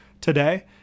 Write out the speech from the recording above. today